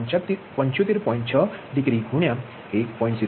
6 degree ગુણ્યા 1